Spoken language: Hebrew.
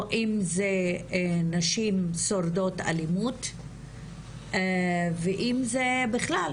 או אם זה נשים שורדות אלימות ואם זה בכלל,